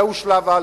זהו שלב א'.